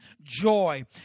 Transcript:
joy